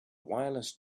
wireless